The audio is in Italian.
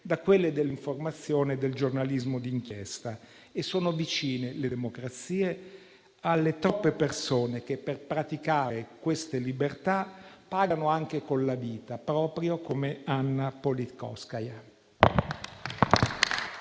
da quelle dell’informazione e del giornalismo d’inchiesta. Le democrazie sono vicine alle troppe persone che, per praticare queste libertà, pagano anche con la vita, proprio come Anna Politkovskaja.